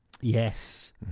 Yes